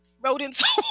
rodents